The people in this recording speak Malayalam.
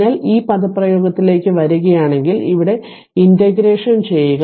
നിങ്ങൾ ഈ പദപ്രയോഗത്തിലേക്ക് വരികയാണെങ്കിൽ ഇവിടെ ഇന്റഗ്രേഷൻ ചെയ്യുക